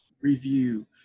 review